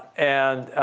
and